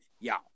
y'all